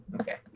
Okay